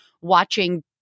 watching